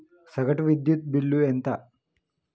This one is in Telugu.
సగటు విద్యుత్ బిల్లు ఎంత?